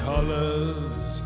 colors